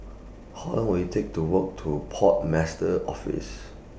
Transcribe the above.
How Long Will IT Take to Walk to Port Master's Office